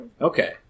Okay